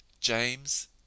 James